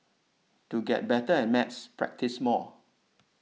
to get better at maths practise more